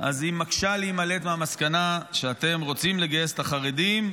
מקשה להימלט מהמסקנה שאתם רוצים לגייס את החרדים,